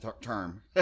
term